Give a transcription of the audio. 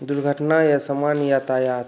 दुर्घटना या सामान्य यातायात